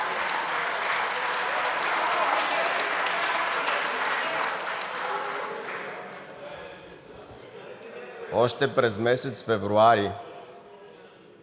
Още от месец февруари